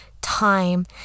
time